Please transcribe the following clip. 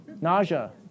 nausea